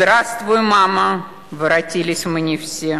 (נושאת דברים בשפה הרוסית)